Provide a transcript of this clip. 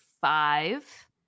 five